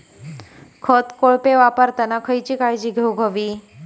खत कोळपे वापरताना खयची काळजी घेऊक व्हयी?